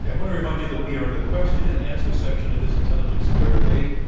yeah want to remind you that we are in the question and answer section of this intelligence squared debate.